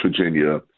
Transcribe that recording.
Virginia